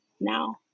now